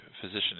physician